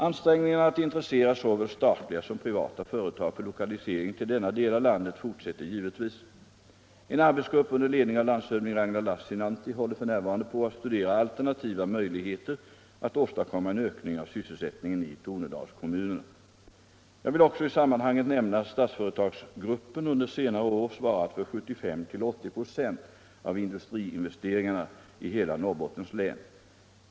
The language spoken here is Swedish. Ansträngningarna att intressera såväl statliga som privata företag för lokalisering till denna del av landet fortsätter givetvis. En arbetsgrupp under ledning av landshövding Ragnar Lassinantti håller f. n. på att studera alternativa möjligheter att åstadkomma en ökning av sysselsättningen i Tornedalskommunerna. Jag vill också i sammanhanget nämna att Statsföretagsgruppen under senare år svarat för 75-80 96 av industriinvesteringarna i hela Norrbottens län.